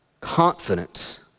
confident